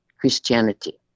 Christianity